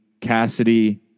Cassidy